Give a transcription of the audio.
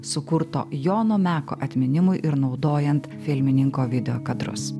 sukurto jono meko atminimui ir naudojant filmininko videkadrus